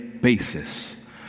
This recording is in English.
basis